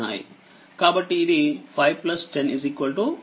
కాబట్టి ఇది5 10 15Ω